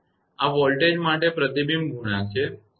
આ વોલ્ટેજ માટે પ્રતિબિંબ ગુણાંક છે